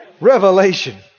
Revelation